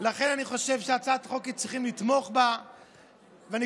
לכן אני חושב שצריך לתמוך בהצעת החוק.